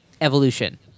evolution